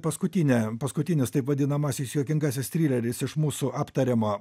paskutinė paskutinis taip vadinamasis juokingasis trileris iš mūsų aptariamo